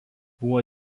buvo